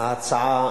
ההצעה